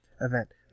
event